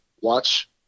watch